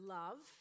love